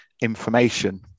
information